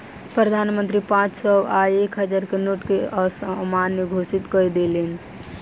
प्रधान मंत्री पांच सौ आ एक हजार के नोट के अमान्य घोषित कय देलैन